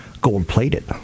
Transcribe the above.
gold-plated